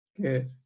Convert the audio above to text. Good